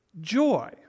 joy